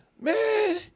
Man